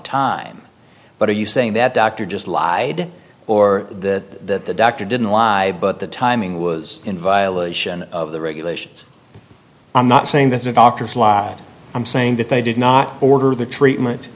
time but are you saying that dr just lied or that the doctor didn't lie but the timing was in violation of the regulations i'm not saying this is a doctor i'm saying that they did not order the treatment